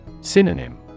Synonym